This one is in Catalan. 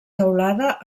teulada